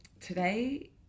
Today